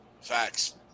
Facts